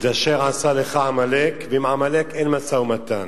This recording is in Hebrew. את אשר עשה לך עמלק, ועם עמלק אין משא-ומתן.